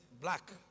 black